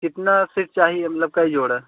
कितनी फ़ीस चाहिए मतलब कै जोड़ा